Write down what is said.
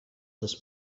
this